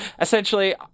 Essentially